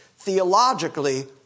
theologically